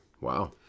Wow